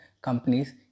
companies